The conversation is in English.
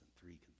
three